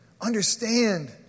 understand